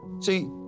See